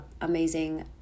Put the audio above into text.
amazing